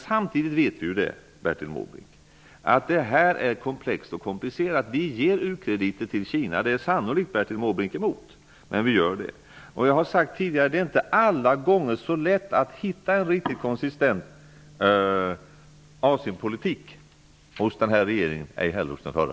Samtidigt vet vi att frågan är komplex och komplicerad. Vi ger u-krediter till Kina. Det är Bertil Måbrink sannolikt emot, men vi gör det. Jag har tidigare sagt att det inte alla gånger varit så lätt att hitta en konsistent Asienpolitik för regeringen -- ej heller för den förra.